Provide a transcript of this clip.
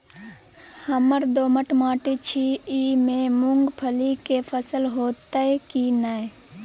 हमर दोमट माटी छी ई में मूंगफली के फसल होतय की नय?